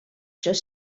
just